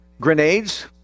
Grenades